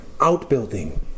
outbuilding